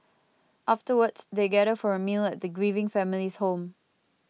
afterwards they gather for a meal at the grieving family's home